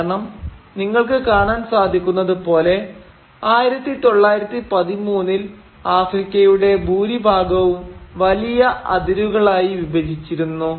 കാരണം നിങ്ങൾക്ക് കാണാൻ സാധിക്കുന്നത് പോലെ 1913 ൽ ആഫ്രിക്കയുടെ ഭൂരിഭാഗവും വലിയ അതിരുകളായി വിഭജിച്ചിരുന്നു